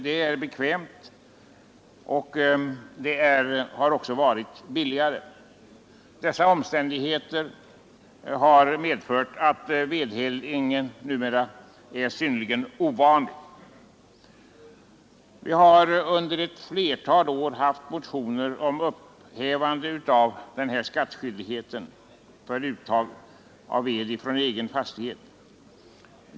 Det är bekvämt och det har också varit billigt. Dessa omständigheter har medfört att vedeldning numera är synnerligen ovanlig. Vi har under ett flertal år väckt motioner om upphävande av skattskyldighet för uttag av bränsle från egen fastighet.